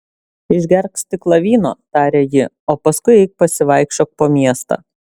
išgerk stiklą vyno tarė ji o paskui eik pasivaikščiok po miestą